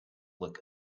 look